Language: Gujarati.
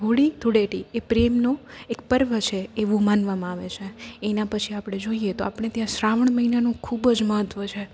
હોળી ધૂળેટી એ પ્રેમનો એક પર્વ છે એવું મનાવામાં આવે છે એના પછી આપણે જોઈએ તો આપણે ત્યાં શ્રાવણ મહિનાનું ખૂબ જ મહત્ત્વ છે